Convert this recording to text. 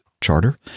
charter